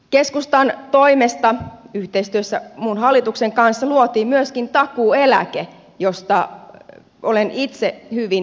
keskustan toimesta yhteistyössä muun hallituksen kanssa luotiin myöskin takuueläke josta olen itse hyvin ylpeä